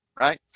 right